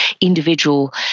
individual